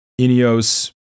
Ineos